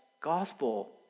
gospel